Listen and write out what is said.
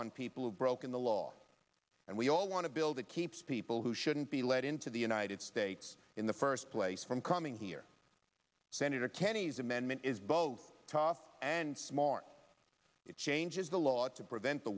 on people who've broken the law we all want to build it keeps people who shouldn't be let into the united states in the first place from coming here senator kennedy's amendment is both tough and smart it changes the laws to prevent the